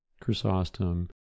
Chrysostom